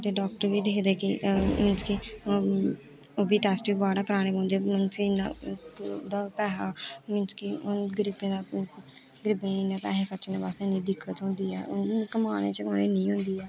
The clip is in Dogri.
ते डाक्टर बी एह् दिखदे कि मींस कि ओह् बी टैस्ट बाह्रा कराने पौंदे हून उत्थै इन्ना उं'दा पैहा मींस कि ओह् गरीबें दा गरीबें इन्ने पैहे खर्चने बास्तै इन्नी दिक्कत होंदी ऐ कमाने च बी इन्नी होंदी ऐ